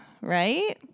right